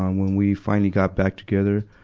um when we finally got back together,